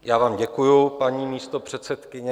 Já vám děkuju, paní místopředsedkyně.